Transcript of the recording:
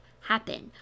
happen